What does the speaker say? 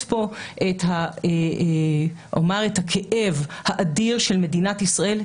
כאן את הכאב האדיר של מדינת ישראל,